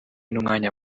n’umwanya